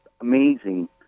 amazing